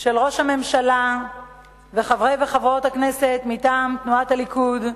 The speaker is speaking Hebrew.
של ראש הממשלה וחברי וחברות הכנסת מטעם תנועת הליכוד,